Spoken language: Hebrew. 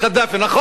נכון,